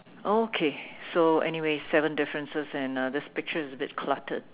okay so anyway seven differences and uh this picture is a bit cluttered